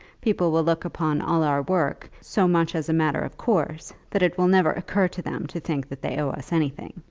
people will look upon all our work so much as a matter of course that it will never occur to them to think that they owe us anything.